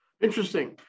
Interesting